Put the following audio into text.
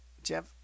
Jeff